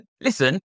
Listen